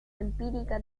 empírica